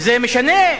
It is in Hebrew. וזה משנה.